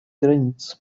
границ